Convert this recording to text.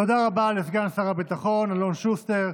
תודה רבה לסגן שר הביטחון אלון שוסטר.